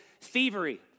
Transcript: thievery